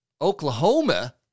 Oklahoma